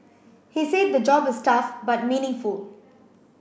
he said the job is tough but meaningful